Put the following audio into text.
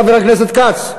חבר הכנסת כץ?